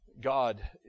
God